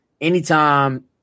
Anytime